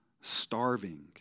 starving